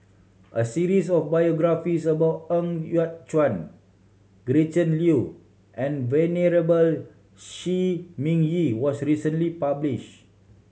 a series of biographies about Ng Yat Chuan Gretchen Liu and Venerable Shi Ming Yi was recently published